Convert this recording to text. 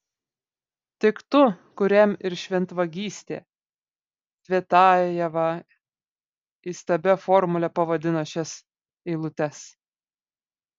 tik tu kuriam ir šventvagystė cvetajeva įstabia formule pavadino šias eilutes